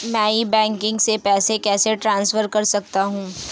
मैं e banking से पैसे कैसे ट्रांसफर कर सकता हूं?